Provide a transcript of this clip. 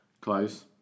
Close